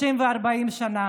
30 ו-40 שנה.